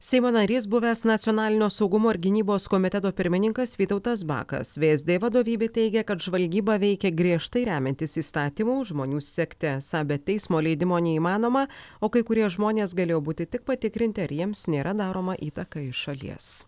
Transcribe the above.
seimo narys buvęs nacionalinio saugumo ir gynybos komiteto pirmininkas vytautas bakas vsd vadovybė teigia kad žvalgyba veikia griežtai remiantis įstatymu žmonių sekti esą be teismo leidimo neįmanoma o kai kurie žmonės galėjo būti tik patikrinti ar jiems nėra daroma įtaka iš šalies